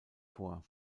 vor